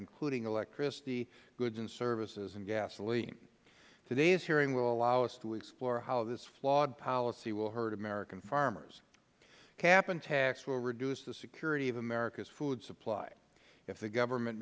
including electricity goods and services and gasoline today's hearing will allow us to explore how this flawed policy will hurt american farmers cap and tax will reduce the security of america's food supply if the government